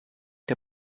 der